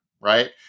Right